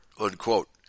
unquote